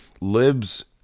libs